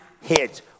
hits